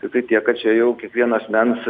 tiktai tiek kad čia jau kiekvieno asmens